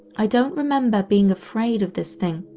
i don't remember being afraid of this thing,